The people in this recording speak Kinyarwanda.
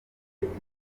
yatuma